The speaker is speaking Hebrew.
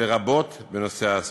לרבות בנושא ההסעות.